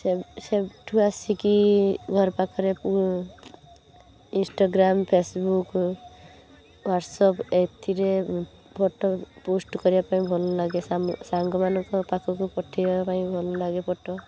ସେ ସେ ସେଇଠୁ ଆସିକି ଘର ପାଖରେ ମୁଁ ଇନଷ୍ଟାଗ୍ରାମ୍ ଫେସବୁ୍କ୍ ହ୍ବାଟସପ୍ ଏଥିରେ ଫଟୋ ପୋଷ୍ଟ୍ କରିବା ପାଇଁ ଭଲ ଲାଗେ ସାଙ୍ଗ ମାନଙ୍କ ପାଖକୁ ପଠେଇବା ପାଇଁ ଭଲ ଲାଗେ ଫଟୋ